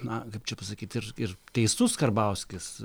na kaip čia pasakyt ir ir teisus karbauskis